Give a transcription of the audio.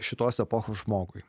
šitos epochos žmogui